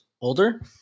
older